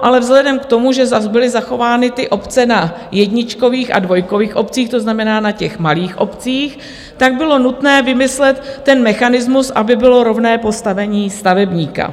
Ale vzhledem k tomu, že zas byly zachovány ty obce na jedničkových a dvojkových obcích, to znamená na těch malých obcích, bylo nutné vymyslet mechanismus, aby bylo rovné postavení stavebníka.